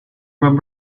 web